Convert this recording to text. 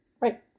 Right